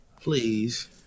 Please